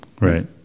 Right